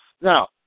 now